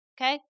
Okay